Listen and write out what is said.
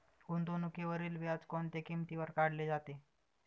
गुंतवणुकीवरील व्याज कोणत्या किमतीवर काढले जाते?